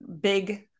big